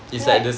like